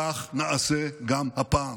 כך נעשה גם הפעם.